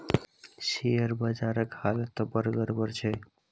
share बजारक हालत त बड़ गड़बड़ छै